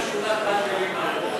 שכונת בת-גלים, ?